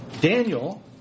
Daniel